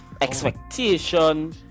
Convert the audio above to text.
Expectation